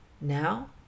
Now